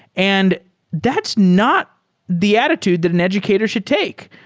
and that's not the attitude that an educator should take.